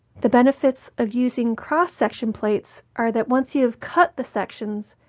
the benefits of using cross-section plates are that once you have cut the sections,